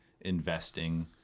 investing